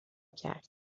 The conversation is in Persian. کرد